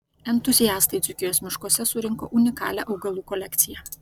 entuziastai dzūkijos miškuose surinko unikalią augalų kolekciją